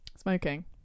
Smoking